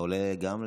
אתה גם עולה לדבר?